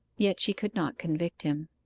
yet she could not convict him.